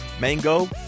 mango